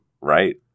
right